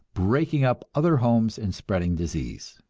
breaking up other homes and spreading disease.